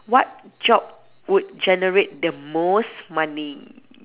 what job would generate the most money